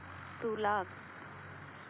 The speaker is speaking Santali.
ᱫᱩ ᱞᱟᱠᱷ